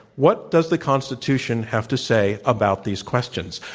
what does the constitution have to say about these questions?